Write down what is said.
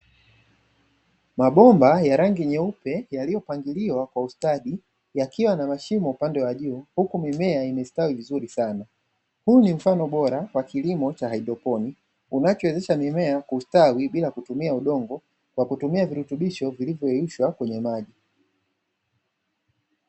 Mabomba ya rangi nyeupe yaliyopangiliwa kwa ustadi yakiwa na mashimo upande wa juu, huku mimea imestawi vizuri sana. Huu ni mfano bora wa kilimo cha haidroponi unachowezesha mimea kustawi bila kitumia udongo, kwa kutumia virutubisho vilivyoyeyushwa kwenye maji.